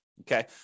okay